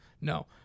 No